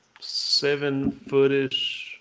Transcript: seven-footish